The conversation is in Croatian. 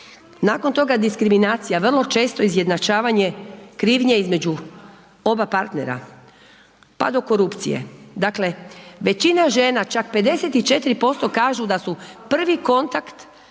Nakon toga diskriminacija, vrlo često izjednačavanje krivnje između oba partnera pa do korupcije. Dakle, većina žena, čak 54% kažu da su prvi kontakt